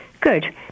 Good